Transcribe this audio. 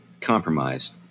compromised